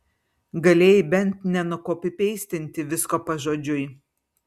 galėjai bent nenukopipeistinti visko pažodžiui